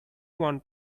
want